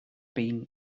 been